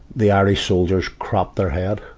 the irish soldiers cropped their hair,